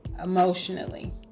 emotionally